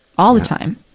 all the time.